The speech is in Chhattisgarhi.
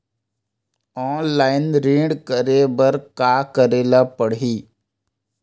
ऑनलाइन ऋण करे बर का करे ल पड़हि?